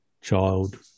child